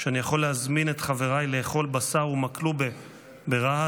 שאני יכול להזמין את חבריי לאכול בשר ומקלובה ברהט